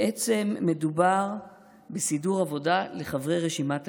בעצם, מדובר בסידור עבודה לחברי רשימת הליכוד,